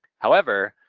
however,